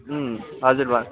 अँ हजुर भन्नु